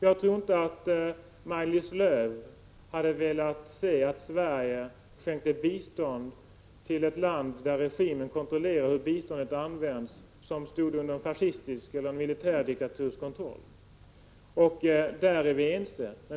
Jag tror inte att Maj-Lis Lööw hade velat se att Sverige skänkte bistånd till ett land där regimen kontrollerar hur biståndet används som stod under fascistisk eller militärdiktatorisk kontroll. Där är vi ense.